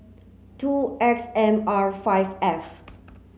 two X M R five F